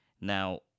Now